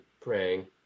praying